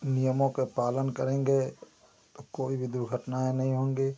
नियमों के पालन करेंगे तो कोई भी दुर्घटनायें नहीं होंगी